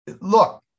look